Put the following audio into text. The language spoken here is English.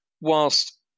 whilst